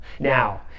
Now